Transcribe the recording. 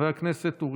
חבר הכנסת יואב גלנט,